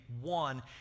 one